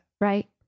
right